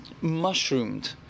mushroomed